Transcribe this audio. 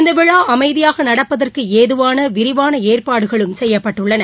இந்த விழா அமைதியாக நடப்பதற்கு ஏதுவான ஏற்பாடுகள் செய்யப்பட்டுள்ளன